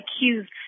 accused